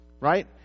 Right